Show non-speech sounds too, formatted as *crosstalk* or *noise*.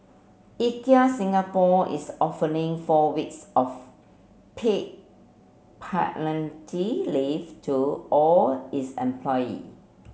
Ikea Singapore is offering four weeks of paid *unintelligible* leave to all its employee